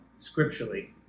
Scripturally